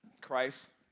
Christ